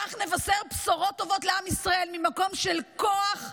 כך נבשר בשורות טובות לעם ישראל ממקום של כוח,